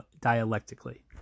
dialectically